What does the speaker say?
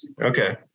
Okay